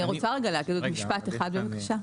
אני רוצה להגיד עוד משפט בבקשה,